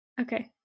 Okay